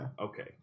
okay